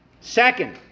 Second